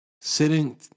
Sitting